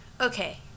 okay